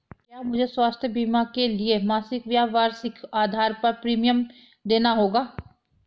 क्या मुझे स्वास्थ्य बीमा के लिए मासिक या वार्षिक आधार पर प्रीमियम देना होगा?